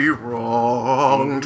wrong